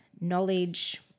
knowledge